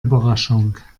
überraschung